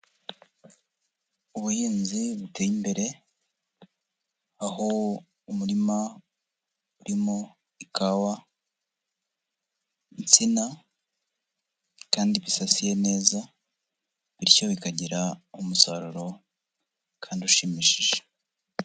Ubuhinzi buteye imbere, aho umurima urimo ikawa, nsina, kandi bisasiye neza, bityo bikagira umusaruro kandi ushimishije.